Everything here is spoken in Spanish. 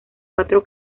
cuatro